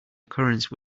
occurrence